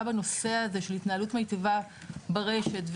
בנושא הזה של התנהלות מיטיבה ברשת,